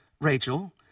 Rachel